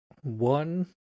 one